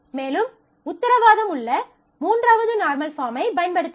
மேலும் உத்தரவாதம் உள்ள மூன்றாவது நார்மல் பாஃர்ம்மைப் பயன்படுத்தலாம்